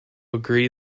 agree